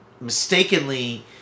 mistakenly